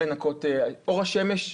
אור השמש,